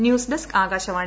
news desk Akashvani